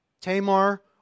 Tamar